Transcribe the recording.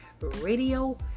Radio